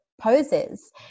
poses